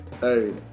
Hey